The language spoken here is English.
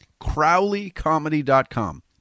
CrowleyComedy.com